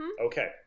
Okay